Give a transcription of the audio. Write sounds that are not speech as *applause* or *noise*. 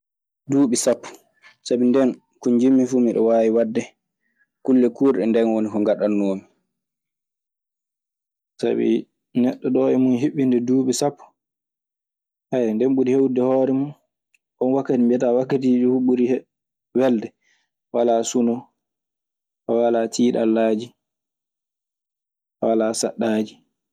Duuɓi sappo, sabi nden ko njiɗmi fuu miɗe waawi waɗde. Kulle kuurɗe ndeen woni ko ngaɗannoomi. Sabi neɗɗo ɗoo e mun hiɓɓinde duuɓi sappo, *hesitation* ndeen ɓuri hewtude hoore mun. Oon wakkati mbiyataa wakkatiiji fuu ɓuri welde. A walaa sunu. A walaa tiiɗallaaji. A walaa saɗɗaji.